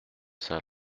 saint